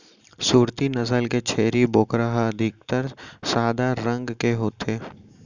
सूरती नसल के छेरी बोकरा ह अधिकतर सादा रंग के होथे